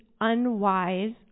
unwise